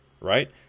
right